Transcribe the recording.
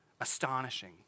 astonishing